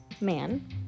man